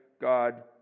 God